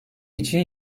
için